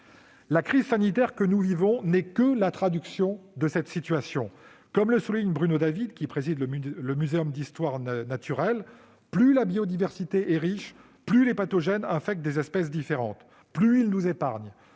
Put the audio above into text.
La crise sanitaire que nous vivons n'est que la traduction de cette situation. Comme le souligne Bruno David, président du Muséum national d'histoire naturelle :« Plus la biodiversité est riche, plus les pathogènes infectent des espèces différentes, plus ils nous épargnent.